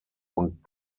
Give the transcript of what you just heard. und